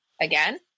again